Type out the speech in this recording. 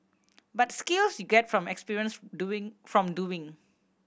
but skills you get from experience doing from doing